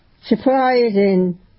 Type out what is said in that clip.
surprising